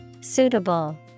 Suitable